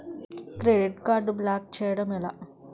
Credit card block చేయడం ఎలా?